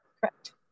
Correct